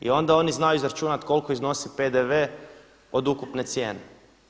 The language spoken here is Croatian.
I onda oni znaju izračunat koliko iznosi PDV od ukupne cijene.